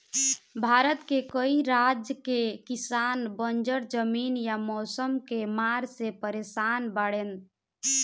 भारत के कई राज के किसान बंजर जमीन या मौसम के मार से परेसान बाड़ेन